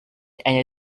and